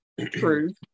True